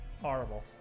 Horrible